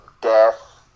death